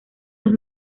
los